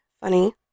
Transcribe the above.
Funny